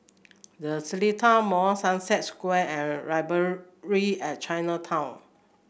The Seletar Mall Sunset Square and Library at Chinatown